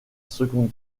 seconde